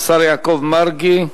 השר יעקב מרגי.